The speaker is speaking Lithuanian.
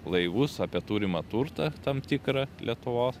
laivus apie turimą turtą tam tikrą lietuvos